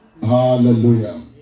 Hallelujah